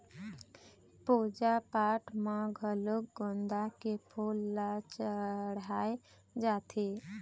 पूजा पाठ म घलोक गोंदा के फूल ल चड़हाय जाथे